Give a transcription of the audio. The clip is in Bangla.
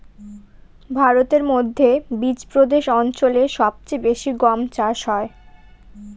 ভারতের মধ্যে বিচপ্রদেশ অঞ্চলে সব চেয়ে বেশি গম চাষ হয়